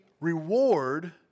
reward